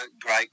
great